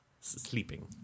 sleeping